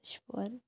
شُپورِ